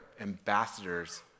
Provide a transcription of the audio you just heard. ambassadors